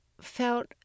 felt